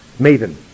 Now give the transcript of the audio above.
Maven